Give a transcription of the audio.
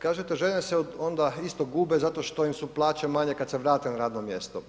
Kažete žene se onda isto gube zato što su im plaće manje kad se vrate na radno mjesto.